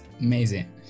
Amazing